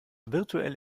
virtuell